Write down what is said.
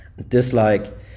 Dislike